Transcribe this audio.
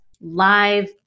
live